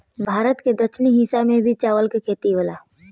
भारत के दक्षिणी हिस्सा में भी चावल के खेती होला